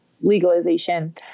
legalization